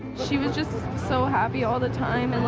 she was just so happy all the time. and like,